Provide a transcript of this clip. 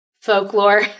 folklore